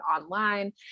online